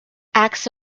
acts